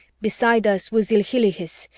beside us was ilhilihis,